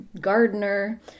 gardener